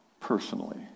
personally